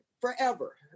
forever